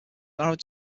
married